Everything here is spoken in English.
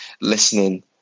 listening